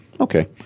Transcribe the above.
Okay